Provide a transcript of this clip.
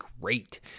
great